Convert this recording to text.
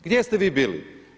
Gdje ste vi bili?